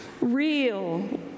real